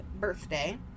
birthday